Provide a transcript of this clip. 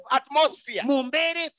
atmosphere